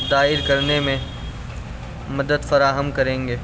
دائر کرنے میں مدد فراہم کریں گے